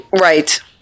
Right